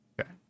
okay